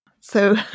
So-